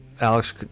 Alex